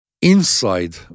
inside